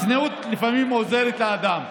צניעות לפעמים עוזרת לאדם.